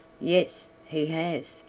yes, he has,